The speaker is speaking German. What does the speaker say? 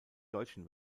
deutschen